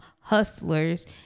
hustlers